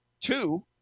two